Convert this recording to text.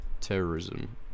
terrorism